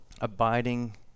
Abiding